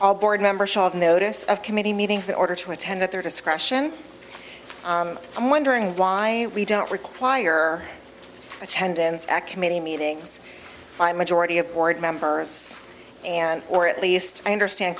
all board members notice of committee meetings in order to attend at their discretion i'm wondering why we don't require attendance at committee meetings by a majority of board members and or at least i understand